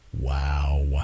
Wow